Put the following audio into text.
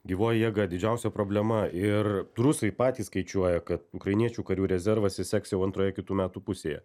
gyvoji jėga didžiausia problema ir rusai patys skaičiuoja kad ukrainiečių karių rezervas išseks jau antroje kitų metų pusėje